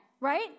right